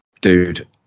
dude